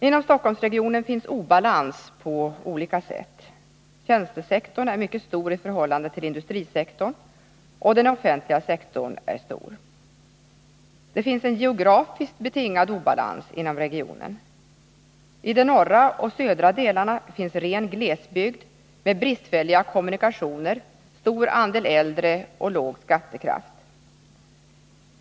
Inom Stockholmsregionen finns obalans på olika sätt. Tjänstesektorn är mycket stor i förhållande till industrisektorn, och den offentliga sektorn är stor. Det finns en geografiskt betingad obalans inom regionen. I de norra och södra delarna finns ren glesbygd med bristfälliga kommunikationer, stor andel äldre och låg skattekraft.